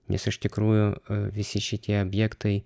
nes iš tikrųjų visi šitie objektai